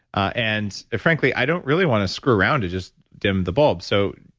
and frankly, i don't really want to screw around to just dim the bulb. so,